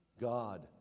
God